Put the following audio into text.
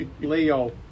leo